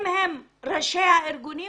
ראשי הארגונים